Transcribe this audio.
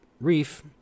Reef